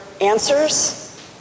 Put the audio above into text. answers